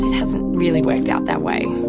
hasn't really worked out that way.